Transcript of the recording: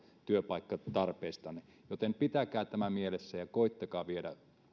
työpaikkatarpeistanne joten pitäkää tämä mielessä ja koettakaa viedä